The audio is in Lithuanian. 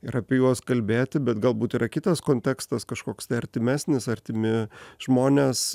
ir apie juos kalbėti bet galbūt yra kitas kontekstas kažkoks tai artimesnis artimi žmonės